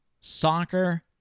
soccer